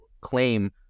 claim